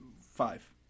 five